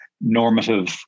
normative